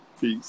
Peace